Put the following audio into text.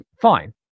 fine